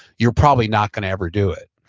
you're probably not going to ever do it.